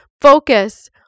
Focus